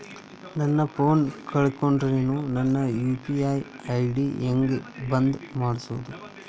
ನನ್ನ ಫೋನ್ ಕಳಕೊಂಡೆನ್ರೇ ನನ್ ಯು.ಪಿ.ಐ ಐ.ಡಿ ಹೆಂಗ್ ಬಂದ್ ಮಾಡ್ಸೋದು?